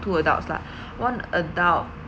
two adults lah one adult